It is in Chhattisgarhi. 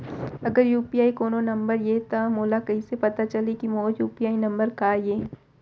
अगर यू.पी.आई कोनो नंबर ये त मोला कइसे पता चलही कि मोर यू.पी.आई नंबर का ये?